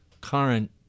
current